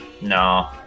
No